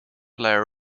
layer